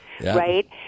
Right